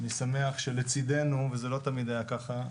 אני שמח שלצידנו, וזה לא תמיד היה ככה,